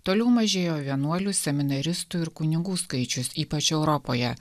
toliau mažėjo vienuolių seminaristų ir kunigų skaičius ypač europoje